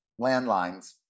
landlines